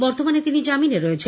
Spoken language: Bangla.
বর্তমানে তিনি জামিনে রয়েছেন